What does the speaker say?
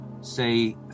say